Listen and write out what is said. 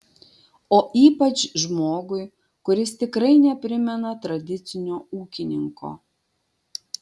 o ypač žmogui kuris tikrai neprimena tradicinio ūkininko